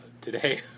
Today